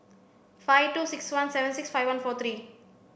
five two six one seven six five one four three